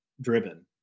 driven